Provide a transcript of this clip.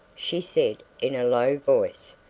she said in a low voice.